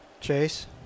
Chase